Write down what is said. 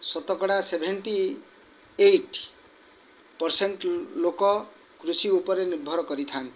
ଶତକଡ଼ା seventy eight percent ଲୋକ କୃଷି ଉପରେ ନିର୍ଭର କରିଥାଆନ୍ତି